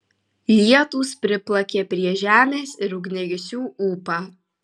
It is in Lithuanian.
lietūs priplakė prie žemės ir ugniagesių ūpą